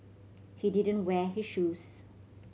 he didn't wear his shoes